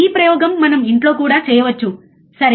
ఈ ప్రయోగం మనం ఇంట్లో కూడా చేయవచ్చు సరే